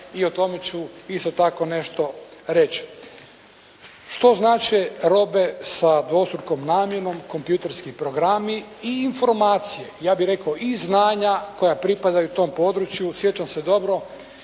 i o tome ću isto tako nešto reći. Što znače robe sa dvostrukom namjenom, kompjuterski programi i informacije, ja bih rekao i znanja koja pripadaju tom području. Sjećam se dobro